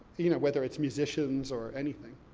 you know, whether it's musicians, or anything.